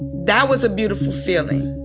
that was a beautiful feeling